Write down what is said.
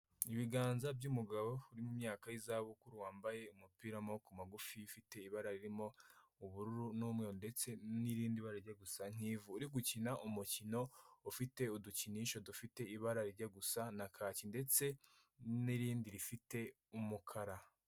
Ibiganza by'umugabo uri mu myaka y'izabukuru wambaye umupira w'amaboko magufi, ufite ibara ririmo ubururu n'umweru ndetse n'irindi bara rijya gusa n'ivu, uri gukina umukino ufite udukinisho dufite ibara rijya gusa na kaki ndetse n'irindi rifite umukara.